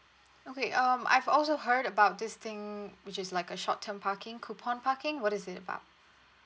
okay um I've also heard about this thing which is like a short term parking coupon parking what is it about